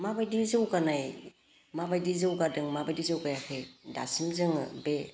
माबायदि जौगानाय माबायदि जौगादों माबायदि जौगायाखै दासिम जोङो बे